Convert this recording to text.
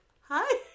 hi